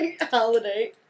holiday